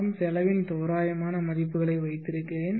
நான் செலவின் தோராயமான மதிப்புகளை வைத்திருக்கிறேன்